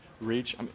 reach